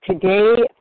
today